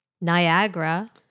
Niagara